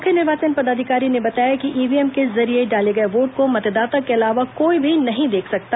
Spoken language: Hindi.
मुख्य निर्वाचन पदाधिकारी ने बताया कि ईव्हीएम के जरिये डाले गये वोट को मतदाता के अलावा कोई भी नहीं देख सकता